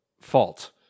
fault